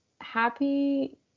happy